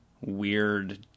weird